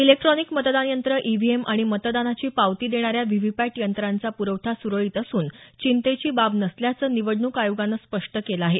electronic मतदान यंत्र EVM आणि मतदानाची पावती देणाऱ्या व्हीव्हीपॅट यंत्राचा पुरवठा सुरळीत असून चिंतेची बाब नसल्याचं निवडणूक आयोगानं स्पष्ट केलं आहे